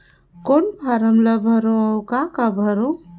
कौन फारम ला भरो और काका भरो?